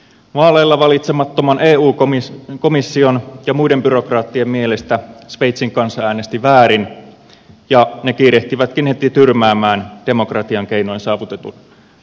vaaleilla valitsemattoman eu komission ja muiden byrokraattien mielestä sveitsin kansa äänesti väärin ja he kiirehtivätkin heti tyrmäämään demokratian keinoin saavutetun äänestystuloksen